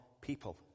people